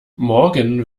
morgen